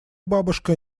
бабушка